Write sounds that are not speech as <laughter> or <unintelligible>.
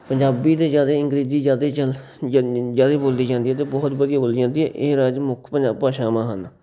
ਪੰਜਾਬੀ ਅਤੇ ਜ਼ਿਆਦੇ ਅੰਗਰੇਜ਼ੀ ਜ਼ਿਆਦੇ ਚੱਲ <unintelligible> ਜ਼ਿਆਦੇ ਬੋਲੀ ਜਾਂਦੀ ਹੈ ਅਤੇ ਬਹੁਤ ਵਧੀਆ ਬੋਲੀ ਜਾਂਦੀ ਹੈ ਇਹ ਰਾਜ ਮੁੱਖ ਪੰਜਾਬ ਭਾਸ਼ਾਵਾਂ ਹਨ